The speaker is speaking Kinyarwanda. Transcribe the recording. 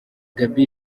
gaby